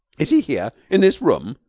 is he here? in this room?